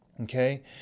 Okay